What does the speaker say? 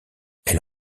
elle